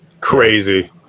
crazy